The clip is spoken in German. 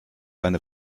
eine